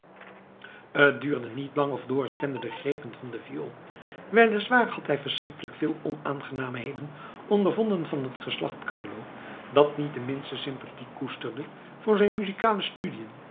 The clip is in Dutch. t duurde niet lang of dorus kende de grepen van de viool wel is waar had hij verschrikkelijk veel onaangenaamheden ondervonden van het geslacht carlo dat niet de minste sympathie koesterde voor zijn muzikale studiën